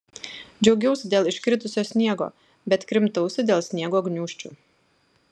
džiaugiausi dėl iškritusio sniego bet krimtausi dėl sniego gniūžčių